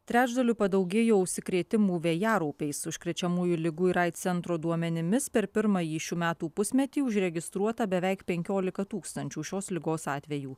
trečdaliu padaugėjo užsikrėtimų vėjaraupiais užkrečiamųjų ligų ir aids centro duomenimis per pirmąjį šių metų pusmetį užregistruota beveik penkiolika tūkstančių šios ligos atvejų